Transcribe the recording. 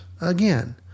again